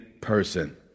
person